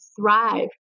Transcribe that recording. thrive